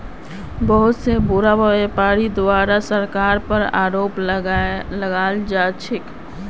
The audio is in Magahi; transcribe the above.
बहुत स बोरो व्यापीरीर द्वारे सरकारेर पर आरोप लगाल जा छेक